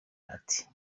ati